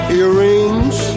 earrings